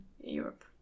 europe